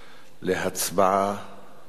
להצבעה